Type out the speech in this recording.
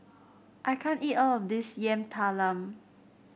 I can't eat all of this Yam Talam